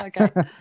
okay